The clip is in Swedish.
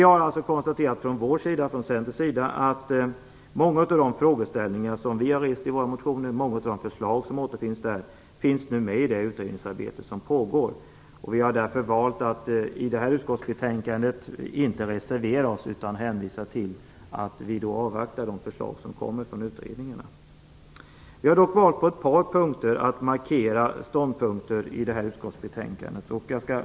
Från Centerns sida har vi konstaterat att många av de frågeställningar och förslag som vi har tagit upp i våra motioner finns med i det utredningsarbete som pågår. Vi har därför valt att inte foga någon reservation till detta utskottsbetänkande, utan vi hänvisar till att vi vill avvakta de förslag som skall presenteras av de olika utredningarna. På ett par punkter har vi dock valt att i det här utskottsbetänkandet markera våra ståndpunkter.